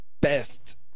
best